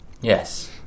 Yes